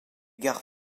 gares